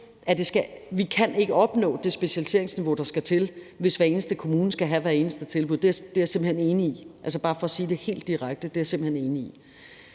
vi ikke kan opnå det specialiseringsniveau, der skal til, hvis hver eneste kommune skal have hvert eneste tilbud. Det er jeg simpelt hen enig i, for bare at sige det direkte, og som jeg hører intentionen